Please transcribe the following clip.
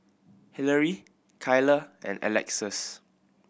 Hilary Kylah and Alexus